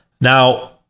Now